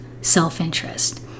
self-interest